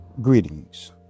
Greetings